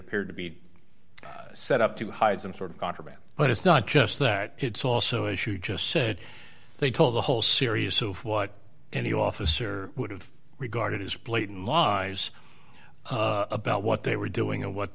appeared to be set up to hide some sort of contraband but it's not just that it's also an issue just said they told the whole series so what any officer would have regarded as blatant lies about what they were doing and what